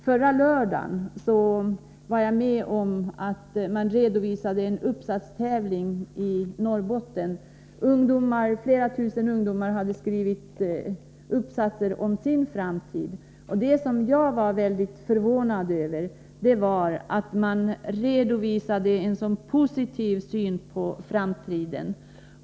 Förra lördagen var jag med när man redovisade en uppsatstävling i Norrbotten. Flera tusen ungdomar hade skrivit uppsatser om sin framtid. Det som gjorde mig mycket förvånad var att ungdomarna redovisade en sådan positiv syn på framtiden.